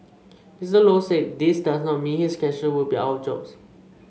Mister Low said this does not mean his cashiers will be out of jobs